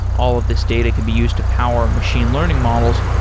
all of these data can be used to power machine learning models,